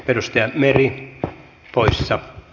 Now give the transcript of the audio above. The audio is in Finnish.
peruste oli poissa